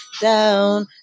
down